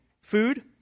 food